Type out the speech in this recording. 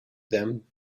them